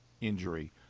injury